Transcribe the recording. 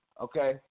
Okay